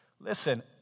Listen